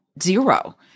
zero